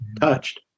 touched